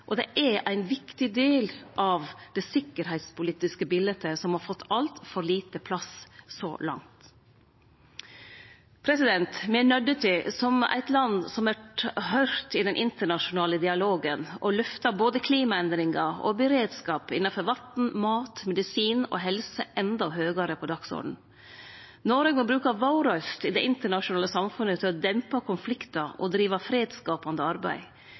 og det er ein viktig del av det sikkerheitspolitiske biletet som har fått altfor liten plass så langt. Me er nøydde til, som eit land som vert høyrt i den internasjonale dialogen, å lyfte både klimaendringar og beredskap innanfor vatn, mat, medisin og helse endå høgare på dagsordenen. Noreg må bruke røysta si i det internasjonale samfunnet til å dempe konfliktar og drive fredsskapande arbeid.